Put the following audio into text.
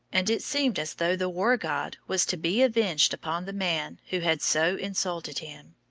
and it seemed as though the war god was to be avenged upon the man who had so insulted him.